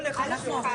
לא הבנתי,